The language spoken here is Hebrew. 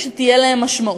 ושתהיה להן משמעות.